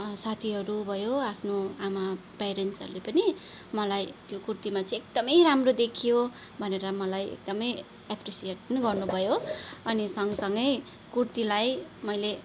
साथीहरू भयो आफ्नो आमा प्यारेन्ट्सहरूले पनि मलाई त्यो कुर्तीमा चाहिँ एकदम राम्रो देखियो भनेर मलाई एकदमै एप्रिसियट पनि गर्नु भयो अनि सँग सँगै कुर्तीलाई मैले